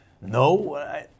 no